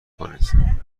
کنید